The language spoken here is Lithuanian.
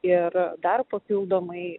ir dar papildomai